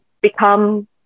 become